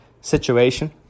situation